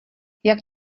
jak